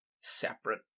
separate